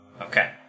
Okay